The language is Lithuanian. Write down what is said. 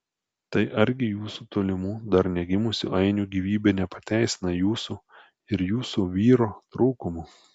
tai argi jūsų tolimų dar negimusių ainių gyvybė nepateisina jūsų ir jūsų vyro trūkumų